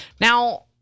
now